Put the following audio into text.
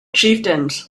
chieftains